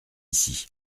ici